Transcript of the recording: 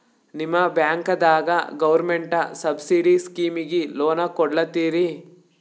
ನಿಮ ಬ್ಯಾಂಕದಾಗ government subsidy ಸ್ಕೀಮಿಗಿ ಲೊನ ಕೊಡ್ಲತ್ತೀರಿ?